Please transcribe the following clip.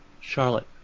Charlotte